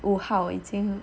五号已经